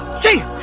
jail